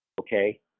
Okay